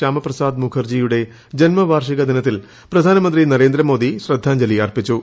ശ്യാമ പ്രസാദ് മുഖർജിയുടെ ജന്മവാർഷിക ദിനത്തിൽ പ്രധാനമന്ത്രി നരേന്ദ്രമോദി ശ്രദ്ധാഞ്ജലി അർപ്പിച്ചു